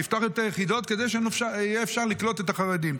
לפתוח את היחידות כדי שיהיה אפשר לקלוט את החרדים,